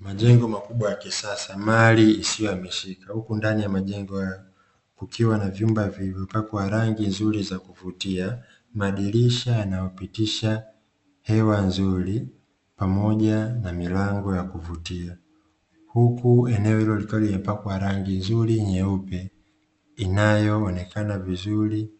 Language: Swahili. Majengo makubwa ya kisasa, mali isiyohamishika huku ndani ya majengo hayo kukiwa na vyumba vilivyo pakwa rangi nzuri za kuvutia, madirisha yanayopitisha hewa nzuri pamoja na milango ya kuvutia. Huku eneo hilo likiwa limepakwa rangi nzuri nyeupe inayoonekana vizuri